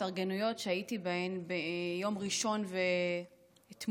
התארגנויות שהייתי בהן ביום ראשון ואתמול,